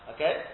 Okay